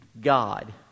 God